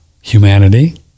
humanity